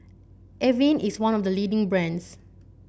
Avene is one of the leading brands